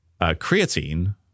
Creatine